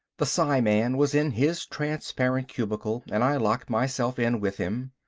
the psiman was in his transparent cubicle and i locked myself in with him.